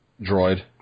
droid